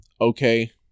Okay